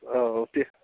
औ दे